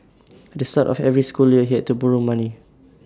at the start of every school year he had to borrow money